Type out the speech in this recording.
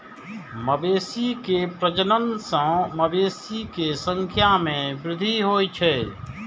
मवेशी के प्रजनन सं मवेशी के संख्या मे वृद्धि होइ छै